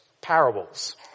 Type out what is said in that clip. parables